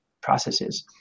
processes